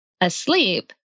asleep